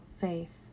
faith